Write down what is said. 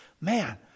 man